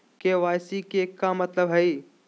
KYC के का मतलब हई?